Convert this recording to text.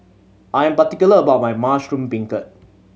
I am particular about my mushroom beancurd